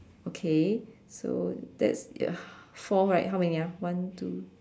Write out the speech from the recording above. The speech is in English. okay so that's it uh four right how many ah one two